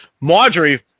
Marjorie